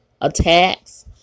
attacks